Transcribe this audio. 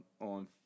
On